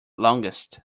longest